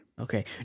Okay